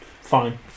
Fine